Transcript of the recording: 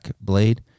blade